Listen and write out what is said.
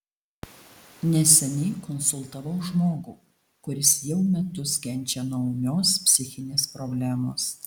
neseniai konsultavau žmogų kuris jau metus kenčia nuo ūmios psichinės problemos